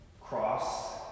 cross